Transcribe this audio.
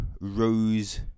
Rose